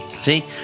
See